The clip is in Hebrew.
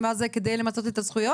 זאת על מנת למצות את הזכויות?